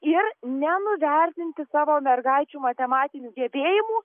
ir nenuvertinti savo mergaičių matematinių gebėjimų